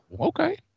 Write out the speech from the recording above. okay